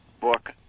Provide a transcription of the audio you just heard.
book